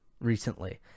recently